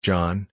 John